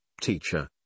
teacher